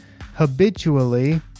habitually